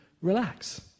relax